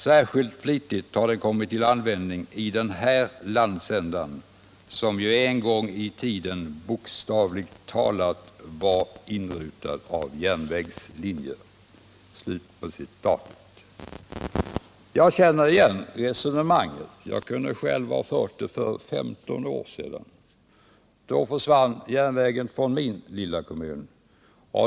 Särskilt flitigt har den kommit till användning i den här landsändan som ju en gång i tiden bokstavligt talat var inrutad av järnvägslinjer.” Jag känner igen resonemanget. Jag kunde själv ha fört det för 15 år sedan, då järnvägen försvann från min lilla kommun.